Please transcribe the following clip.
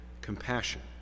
compassion